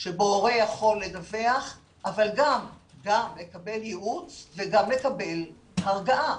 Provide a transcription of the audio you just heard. שבו הורה יכול לדווח אבל גם לקבל ייעוץ וגם לקבל הרגעה.